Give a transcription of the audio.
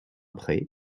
pré